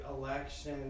election